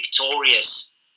victorious